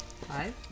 five